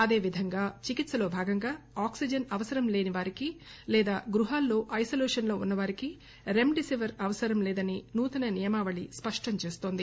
అదే విధంగా చికిత్పలో భాగంగా ఆక్సిజన్ అవసరం లేని వారికి లేదా గృహాల్లో ఐనోలేషన్ లో ఉన్నవారికి రెమిడెసివర్ అవసరం లేదని నూతన నియామవళి స్పష్టం చేస్తోంది